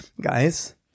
guys